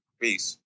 Peace